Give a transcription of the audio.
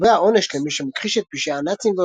וקובע עונש למי שמכחיש את פשעי הנאצים